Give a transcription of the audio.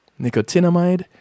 nicotinamide